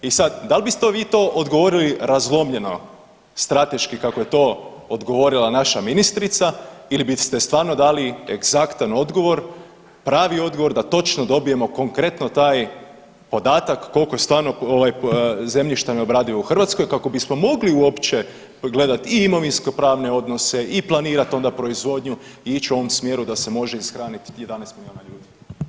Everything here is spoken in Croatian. I sadan dal biste vi to odgovorili razlomljeno strateški kako je to odgovorila naša ministrica ili biste stvarno dali egzaktan odgovor, pravi odgovor da točno dobijemo konkretno taj podatak koliko je stvarno ovaj zemljišta neobradivo u Hrvatskoj kako bismo mogli uopće gledati i imovinsko pravne odnose i planirat onda proizvodnju i ići u ovom smjeru da se može ishranit 11 miliona ljudi.